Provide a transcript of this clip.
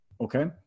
Okay